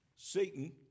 Satan